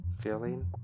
feeling